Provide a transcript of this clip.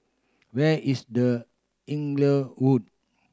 where is The Inglewood